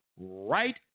right